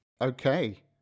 Okay